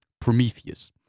prometheus